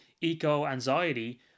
eco-anxiety